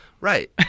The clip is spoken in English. Right